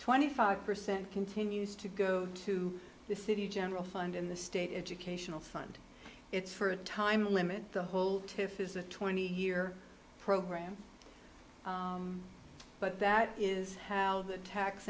twenty five percent continues to go to the city general fund in the state educational fund it's for a time limit the whole to fiza twenty year program but that is how the tax